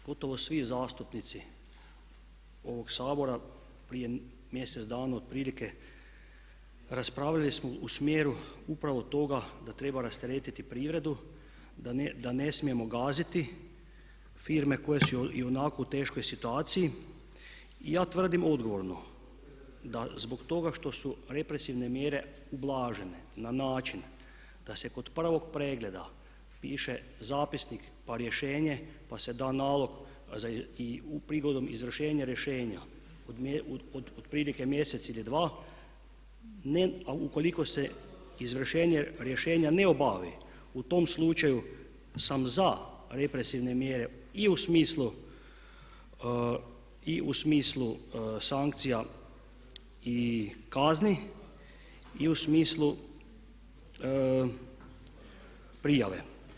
Gotovo svi zastupnici ovog Sabora prije mjesec dana otprilike raspravljali smo u smjeru upravo toga da treba rasteretiti privredu, da ne smijemo gaziti firme koje su ionako u teškoj situaciji i ja tvrdim odgovorno da zbog toga što su represivne mjere ublažene na način da se kod prvog pregleda piše zapisnik pa rješenje pa se da nalog i prigodom izvršenja rješenja otprilike mjesec ili dva a ukoliko se izvršenje rješenja ne obavi u tom slučaju sam za represivne mjere i u smislu sankcija i kazni i u smislu prijave.